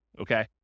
okay